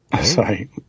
Sorry